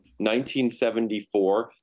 1974